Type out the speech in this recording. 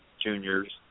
juniors